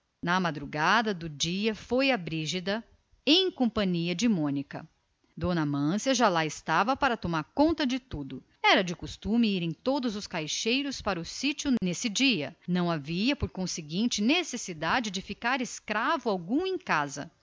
na madrugada do dia foi a brígida em companhia de mônica lá estava d amância para tomar conta de tudo os empregados iriam também todos não havia por conseguinte necessidade de ficar escravo nenhum em casa